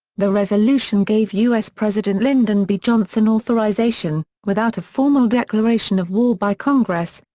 the resolution gave u s. president lyndon b. johnson authorization, without a formal declaration of war by congress,